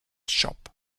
shop